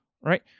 right